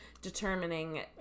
determining